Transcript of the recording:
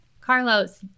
carlos